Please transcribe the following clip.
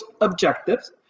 objectives